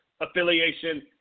affiliation